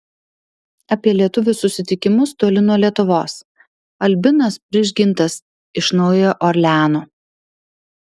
apie lietuvių susitikimus toli nuo lietuvos albinas prižgintas iš naujojo orleano